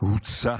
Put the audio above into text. הוא צה"ל.